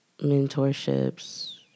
mentorships